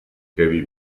heavy